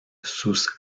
sus